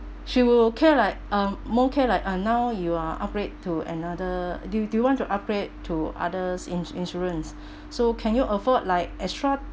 she will care like um more care like uh now you are upgrade to another do you do you want to upgrade to others in~ insurance so can you afford like extra